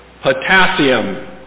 Potassium